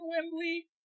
Wembley